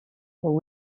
were